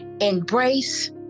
Embrace